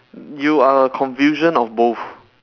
you are a confusion of both